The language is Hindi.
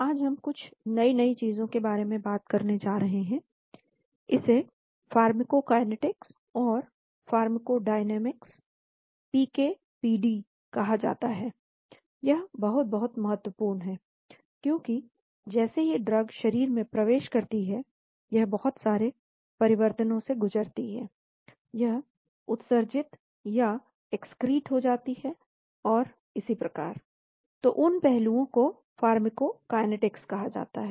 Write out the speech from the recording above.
आज हम कुछ नई नई चीजों के बारे में बात करने जा रहे हैं इसे फार्माकोकाइनेटिक्स और फार्माकोडायनामिक्स पीके पीडी कहा जाता है यह बहुत बहुत महत्वपूर्ण है क्योंकि जैसे ही ड्रग शरीर में प्रवेश करती है यह बहुत सारे परिवर्तनों से गुजरती है यह उत्सर्जित या इक्स्क्रीट हो जाती है और इसी प्रकार तो उन पहलुओं को फार्माकोकाइनेटिक्स कहा जाता है